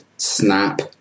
snap